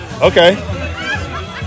Okay